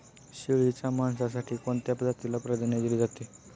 शेळीच्या मांसासाठी कोणत्या जातीला प्राधान्य दिले जाते?